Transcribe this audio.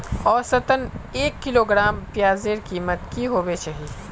औसतन एक किलोग्राम प्याजेर कीमत की होबे चही?